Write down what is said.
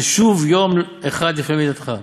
ושוב יום אחד לפני מיתתך,